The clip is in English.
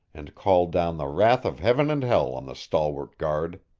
and called down the wrath of heaven and hell on the stalwart guard.